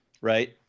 right